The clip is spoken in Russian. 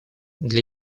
для